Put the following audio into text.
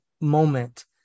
moment